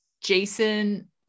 jason